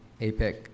APEC